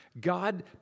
God